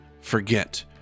forget